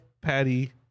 patty